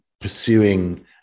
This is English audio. pursuing